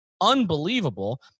unbelievable